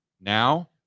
now